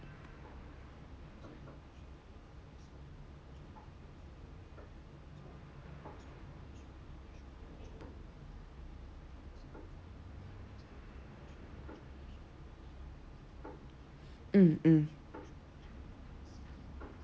mm mm